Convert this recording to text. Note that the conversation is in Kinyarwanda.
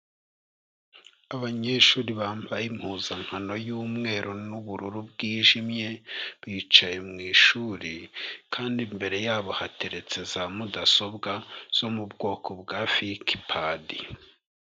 Abanyeshuri bambaye impuzankano y'umweru n'ubururu bwijimye. Bicaye mu ishuri kandi, imbere yabo hateretse za mudasobwa zo mu bwoko bwa fik pad.